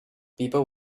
people